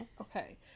Okay